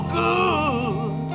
good